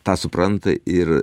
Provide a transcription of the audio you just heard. tą supranta ir